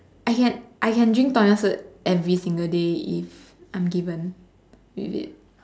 I can I can drink Tom yam soup every single day if I'm given with it